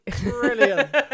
Brilliant